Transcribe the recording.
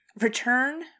Return